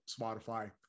Spotify